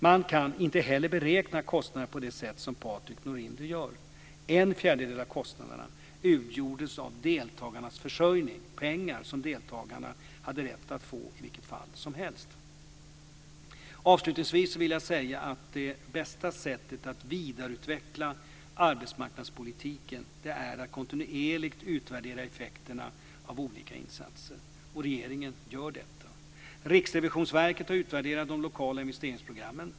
Man kan inte heller beräkna kostnaderna på det sätt som Patrik Norinder gör. En fjärdedel av kostnaderna utgjordes av deltagarnas försörjning, pengar som deltagarna hade rätt att få i vilket fall som helst. Avslutningsvis vill jag säga att det bästa sättet att vidareutveckla arbetsmarknadspolitiken är att kontinuerligt utvärdera effekterna av olika insatser. Regeringen gör detta. Riksrevisionsverket har utvärderat de lokala investeringsprogrammen.